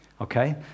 okay